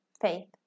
faith